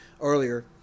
earlier